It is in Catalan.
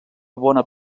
bona